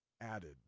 added